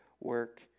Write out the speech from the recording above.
work